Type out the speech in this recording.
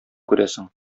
күрәсең